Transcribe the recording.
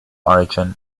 origin